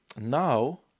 now